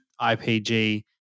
IPG